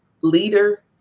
leader